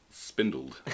spindled